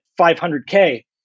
500K